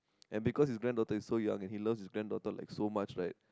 and because his granddaughter is so young and he loves his granddaughter like so much right